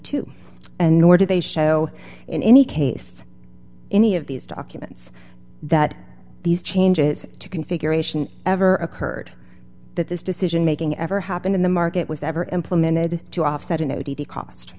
two and nor do they show in any case any of these documents that these changes to configuration ever occurred that this decision making ever happened in the market was ever implemented to offset an o d t cost